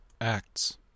Acts